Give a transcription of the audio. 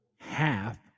half